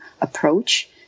approach